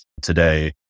today